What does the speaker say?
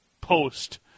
post